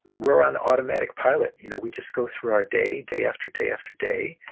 we're on automatic pilot. you know, we just go through our day, day after day, after day.